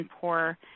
poor